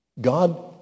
God